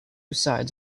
sides